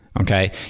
Okay